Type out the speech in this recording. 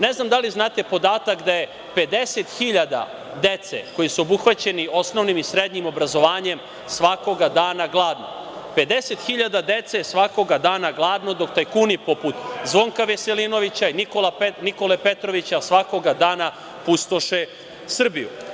Ne znam da li znate podatak da je 50 hiljada dece koja su obuhvaćena osnovnim i srednjim obrazovanjem svakoga dana gladno, 50 hiljada dece je svakoga dana gladno, dok tajkuni poput Zvonka Veselinovića i Nikole Petrovića svakoga dana pustoše Srbiju.